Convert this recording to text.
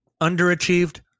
underachieved